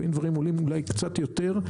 לפעמים דברים עולים אולי קצת יותר,